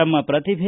ತಮ್ನ ಪ್ರತಿಭೆ